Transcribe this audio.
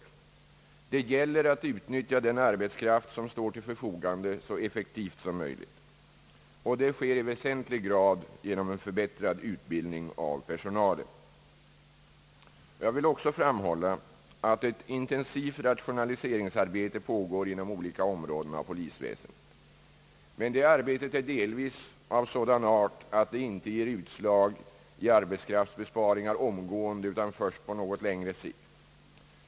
Det gäller att så effektivt som möjligt utnyttja den arbetskraft, som står till förfogande, vilket i väsentlig grad sker genom en förbättrad utbildning av personalen. Jag vill även framhålla att ett intensivt rationaliseringsarbete pågår inom olika områden av polisväsendet, men att detta arbete delvis är av sådan art att det inte ger utslag i arbetskraftsbesparingar omgående utan först på något längre sikt.